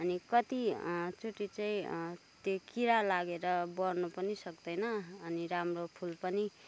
अनि कति चोटि चाहिँ त्यो किरा लागेर बढ्नु पनि सक्दैन अनि राम्रो फुल पनि